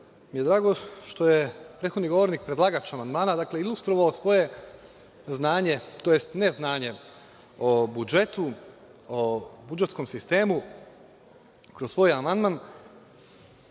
mi je drago što je prethodni govornik, predlagač amandmana, ilustrovao svoje znanje, tj. neznanje, o budžetu, o budžetskom sistemu kroz svoj amandman,